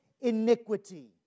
iniquity